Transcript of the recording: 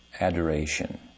adoration